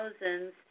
thousands